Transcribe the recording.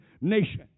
nation